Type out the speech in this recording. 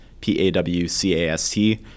P-A-W-C-A-S-T